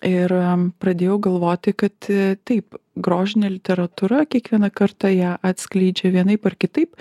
ir pradėjau galvoti kad taip grožinė literatūra kiekvieną kartą ją atskleidžia vienaip ar kitaip